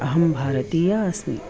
अहं भारतीया अस्मि